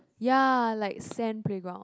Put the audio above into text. ya like sand playground